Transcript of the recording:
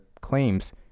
claims